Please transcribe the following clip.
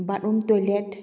bathroom toilet